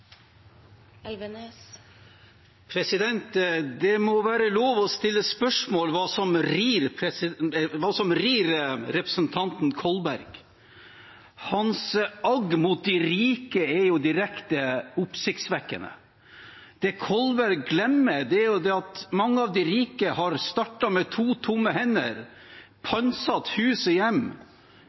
velferdssamfunn. Det må være lov å stille spørsmål om hva som rir representanten Kolberg. Hans agg mot de rike er jo direkte oppsiktsvekkende. Det Kolberg glemmer, er at mange av de rike har startet med to tomme hender, pantsatt hus og hjem,